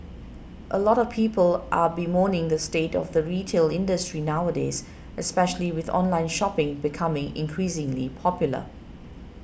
a lot of people are bemoaning the state of the retail industry nowadays especially with online shopping becoming increasingly popular